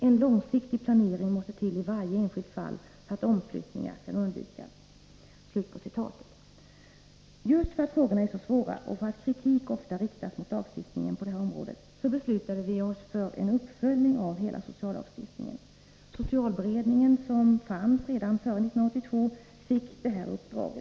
En långsiktig planering måste till i varje enskilt fall, så att omflyttningar kan undvikas.” Just för att frågorna är så svåra och för att kritik ofta riktas mot lagstiftningen på det här området beslutade vi om en uppföljning av hela sociallagstiftningen. Socialberedningen, som fanns redan före 1982, fick detta uppdrag.